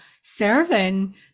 serving